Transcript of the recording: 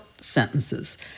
sentences